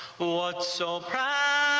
so proud.